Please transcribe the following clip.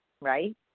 right